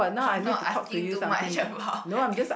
not asking too much about